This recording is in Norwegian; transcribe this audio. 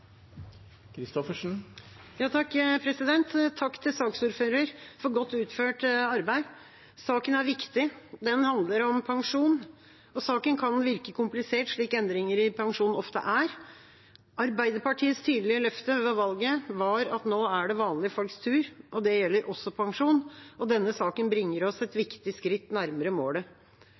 viktig – den handler om pensjon. Saken kan virke komplisert, slik endringer i pensjon ofte er. Arbeiderpartiets tydelige løfte ved valget var at det nå er vanlige folks tur. Det gjelder også pensjon. Denne saken bringer oss et viktig skritt nærmere målet.